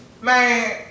Man